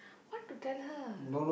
what to tell her